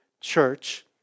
church